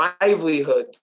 livelihood